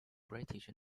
british